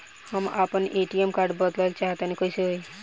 हम आपन ATM card बदलल चाह तनि कइसे होई?